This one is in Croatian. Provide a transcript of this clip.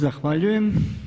Zahvaljujem.